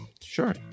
Sure